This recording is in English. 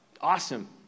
awesome